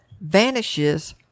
vanishes